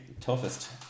Toughest